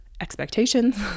expectations